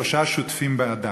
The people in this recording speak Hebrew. שלושה שותפים באדם,